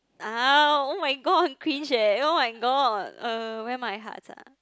ah oh-my-god 很 cringe eh oh-my-god uh where my hearts ah